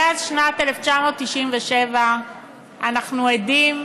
מאז שנת 1997 אנחנו עדים,